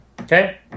Okay